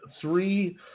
three